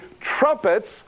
Trumpets